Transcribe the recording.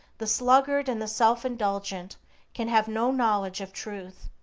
the sluggard and the self-indulgent can have no knowledge of truth.